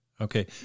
Okay